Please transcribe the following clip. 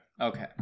Okay